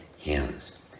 hands